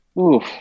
Oof